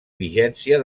vigència